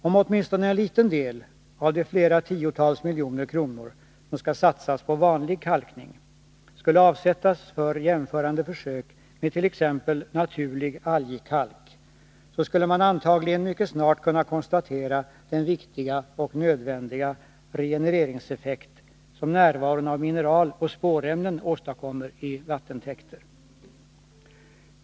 Om åtminstone en liten del av de flera tiotals miljoner kronor som skall satsas på vanlig kalkning skulle avsättas för jämförande försök med t.ex. naturlig algkalk, skulle man antagligen mycket snart kunna konstatera den viktiga och nödvändiga regenereringseffekt som närvaron av mineraloch spårämnen åstadkommer i vattentäkter.